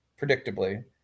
predictably